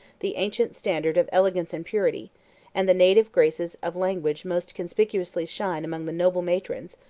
the ancient standard of elegance and purity and the native graces of language most conspicuously shine among the noble matrons,